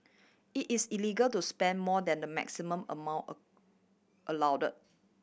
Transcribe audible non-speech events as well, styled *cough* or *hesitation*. it is illegal to spend more than the maximum amount *hesitation* allowed